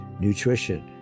nutrition